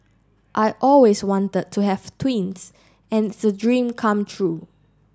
I always wanted to have twins and it's a dream come true